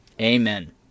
Amen